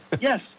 yes